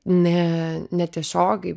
ne netiesiogiai